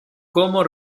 como